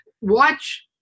watch